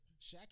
Shaq